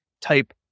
type